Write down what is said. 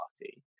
Party